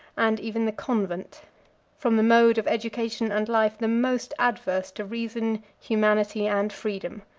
and even the convent from the mode of education and life the most adverse to reason, humanity, and freedom.